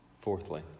fourthly